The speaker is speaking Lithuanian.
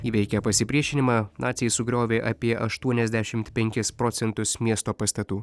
įveikę pasipriešinimą naciai sugriovė apie aštuoniasdešimt penkis procentus miesto pastatų